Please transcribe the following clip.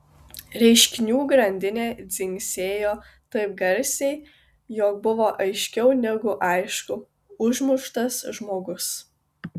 reiškinių grandinė dzingsėjo taip garsiai jog buvo aiškiau negu aišku užmuštas žmogus